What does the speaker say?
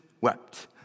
wept